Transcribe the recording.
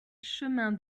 chemin